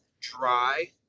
dry